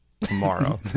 tomorrow